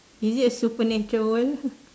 is it a supernatural world